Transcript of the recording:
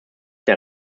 der